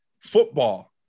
football